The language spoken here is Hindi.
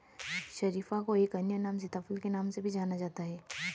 शरीफा को एक अन्य नाम सीताफल के नाम से भी जाना जाता है